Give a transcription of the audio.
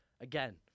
Again